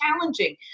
challenging